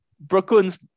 Brooklyn's